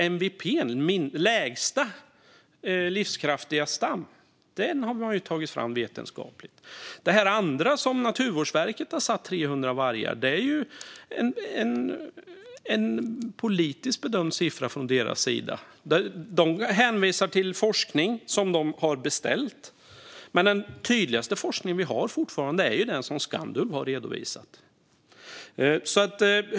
MVP, däremot, minsta livskraftiga stam, har man tagit fram vetenskapligt. Den siffra som Naturvårdsverket har angett, 300 vargar, är politiskt bedömd från deras sida. De hänvisar till forskning som de har beställt. Men den tydligaste forskning vi har är fortfarande den som Skandulv har redovisat.